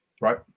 right